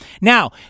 now